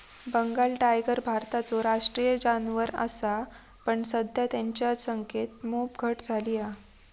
Bengal tiger भारताचो राष्ट्रीय जानवर असा पण सध्या तेंच्या संख्येत मोप घट झाली हा